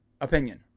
opinion